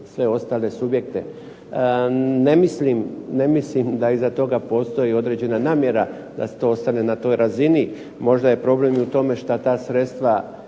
sve ostale subjekte. Ne mislim da iza toga postoji određena namjera da to ostane na toj razini. Možda je problem i u tome što ta sredstva